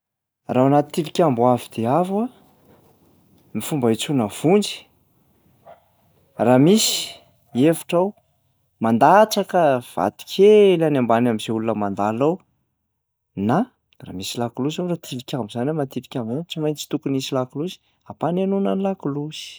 Raha ao anaty tilinkambo avo de avo a, ny fomba hiantsoana vonjy, raha misy hevitra aho mandatsaka vato kely any ambany am'zay olona mandalo ao na raha misy laklosy ao raha tilikambo zany a matetika ny ao tsy maintsy tokony hisy laklosy, ampanenoana ny lakilosy.